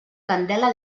candela